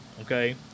Okay